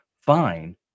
Fine